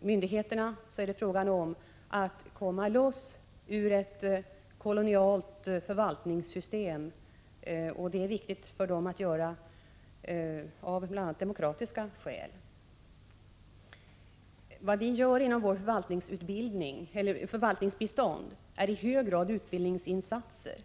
myndigheterna är det i stället fråga om att frigöra sig från ett kolonialt förvaltningssystem, vilket är viktigt för dem av bl.a. demokratiska skäl. Vad vi gör inom ramen för vårt förvaltningsbistånd är i hög grad utbildningsinsatser.